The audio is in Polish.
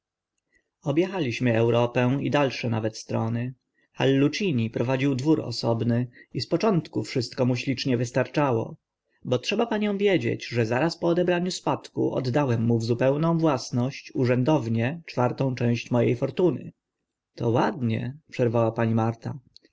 echaliśmy europę i dalsze nawet strony hallucini prowadził dwór osobny i z początku wszystko mu ślicznie wystarczało bo trzeba paniom wiedzieć że zaraz po odebraniu spadku oddałem mu na zupełną własność urzędownie czwartą część mo e fortuny to ładnie przerwała pani